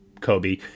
kobe